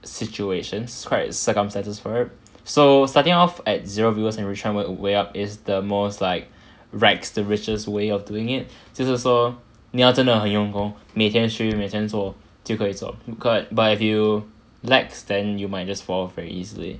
situation right circumstances for it so starting off at zero viewers and reaching your way up is the most like rags to riches way of doing it 就是说你要真的很用功每天 stream 每天做就可以做 but if you lax then you might just fall very easily